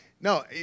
No